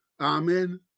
Amen